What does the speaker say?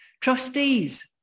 trustees